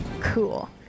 Cool